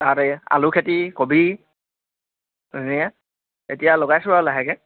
তাতে আলু খেতি কবি এনেয়ে এতিয়া লগাইছোঁ আৰু লাহেকে